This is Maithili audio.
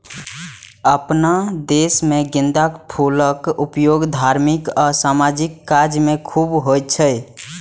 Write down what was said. अपना देश मे गेंदाक फूलक उपयोग धार्मिक आ सामाजिक काज मे खूब होइ छै